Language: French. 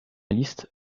liste